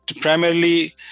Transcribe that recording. primarily